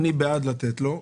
אני בעד לתת לו,